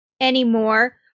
anymore